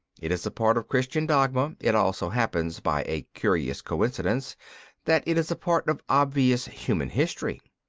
it is a part of christian dogma it also happens by a curious coincidence that it is a part of obvious human history.